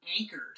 anchored